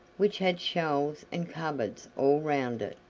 which had shelves and cupboards all round it.